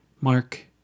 Mark